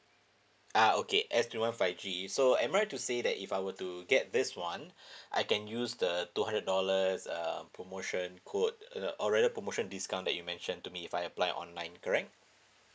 uh okay S twenty one five G so am I right to say that if I were to get this one I can use the two hundred dollars um promotion code uh or rather promotion discount that you mentioned to me if I apply online correct